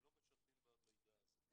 הם לא משתפים במידע הזה.